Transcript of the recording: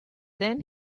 then